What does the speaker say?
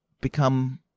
become